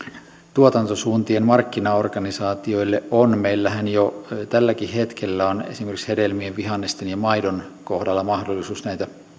tuotantosuuntien markkinaorganisaatioille on meillähän jo tälläkin hetkellä on esimerkiksi hedelmien vihannesten ja maidon kohdalla mahdollisuus näitä